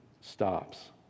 stops